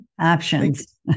Options